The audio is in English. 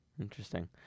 Interesting